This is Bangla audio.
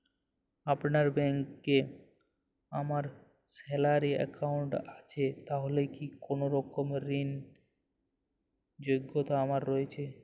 আপনার ব্যাংকে আমার স্যালারি অ্যাকাউন্ট আছে তাহলে কি কোনরকম ঋণ র যোগ্যতা আমার রয়েছে?